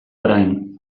orain